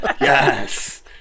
Yes